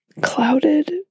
clouded